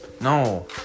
No